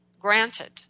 granted